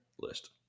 list